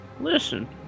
listen